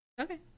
Okay